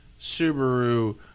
Subaru